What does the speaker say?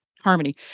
harmony